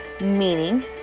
meaning